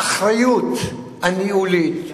האחריות הניהולית,